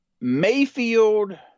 Mayfield